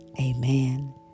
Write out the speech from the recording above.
Amen